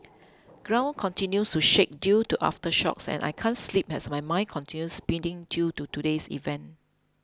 ground continues to shake due to aftershocks and I can't sleep as my mind continue spinning due to today's events